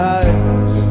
eyes